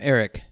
Eric